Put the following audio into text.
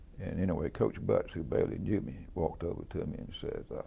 anyway, coach butts who barely knew me, walked over to me and says,